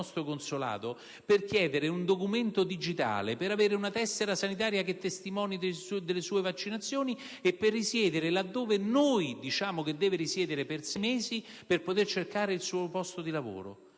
consolato per chiedere un documento digitale, per avere una tessera sanitaria che testimoni delle sue vaccinazioni, per risiedere laddove noi diciamo che deve risiedere per sei mesi per poter cercare il suo posto di lavoro.